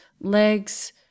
legs